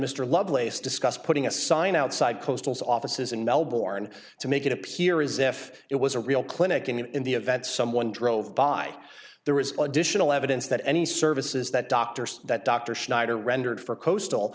mr love place discussed putting a sign outside coastal zone offices in melbourne to make it appear as if it was a real clinic and in the event someone drove by there was additional evidence that any services that doctors that dr schneider rendered for coastal